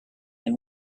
and